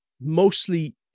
mostly